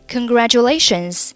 Congratulations